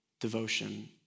devotion